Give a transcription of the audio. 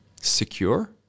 secure